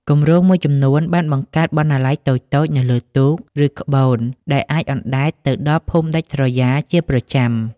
គម្រោងមួយចំនួនបានបង្កើតបណ្ណាល័យតូចៗនៅលើទូក ឬក្បូនដែលអាចអណ្តែតទៅដល់ភូមិដាច់ស្រយាលជាប្រចាំ។